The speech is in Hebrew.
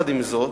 עם זאת,